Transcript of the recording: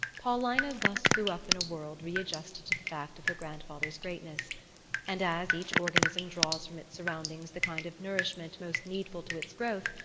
paulina thus grew up in a world readjusted to the fact of her grandfather's greatness and as each organism draws from its surroundings the kind of nourishment most needful to its growth,